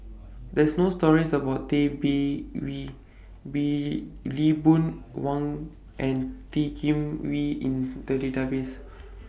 There's No stories about Tay Bin Wee Lee Boon Wang and T Kim Wee in The Database